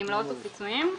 גמלאות ופיצויים.